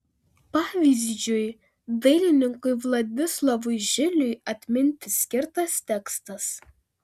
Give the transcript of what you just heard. pavyzdžiui dailininkui vladislovui žiliui atminti skirtas tekstas